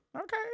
Okay